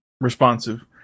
responsive